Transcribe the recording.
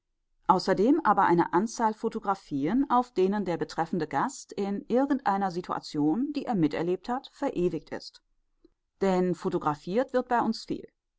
außerdem aber eine anzahl photographien auf denen der betreffende gast in irgendeiner situation die er miterlebt hat verewigt ist denn photographiert wird bei uns